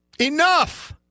Enough